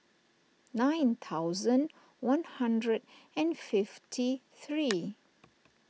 nine thousand one hundred and fifty three